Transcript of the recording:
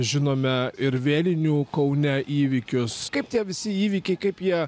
žinome ir vėlinių kaune įvykius kaip tie visi įvykiai kaip jie